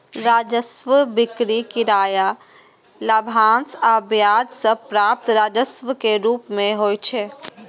राजस्व बिक्री, किराया, लाभांश आ ब्याज सं प्राप्त राजस्व के रूप मे होइ छै